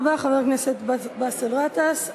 תודה רבה, חבר הכנסת באסל גטאס.